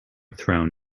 thrown